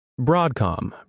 Broadcom